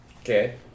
Okay